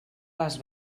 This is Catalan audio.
les